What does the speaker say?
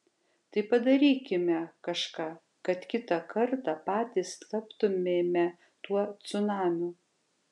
tai padarykime kažką kad kitą kartą patys taptumėme tuo cunamiu